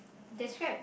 describe